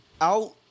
out